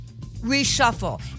reshuffle